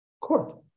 court